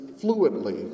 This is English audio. fluently